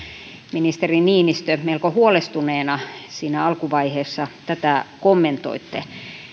ministeri niinistö melko huolestuneena alkuvaiheessa tätä kommentoitte